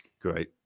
Great